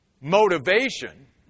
motivation